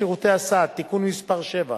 והיא הצעת חוק שירותי הסעד (תיקון מס' 7),